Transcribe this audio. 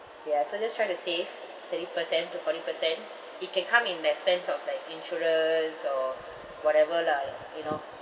ya so just try to save thirty percent to forty percent it can come in that sense of like insurance or whatever lah you know